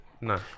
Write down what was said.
No